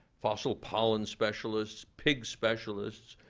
fossil pollen specialists, pig specialists,